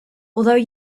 although